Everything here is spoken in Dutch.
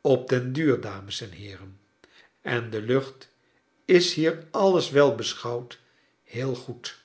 op den duur dames en heeren en de lucht is hier alles wel beschouwd heel goed